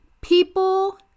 people